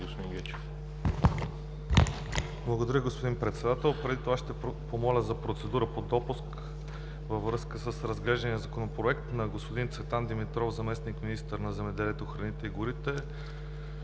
Благодаря, господин Председател.